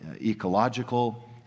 ecological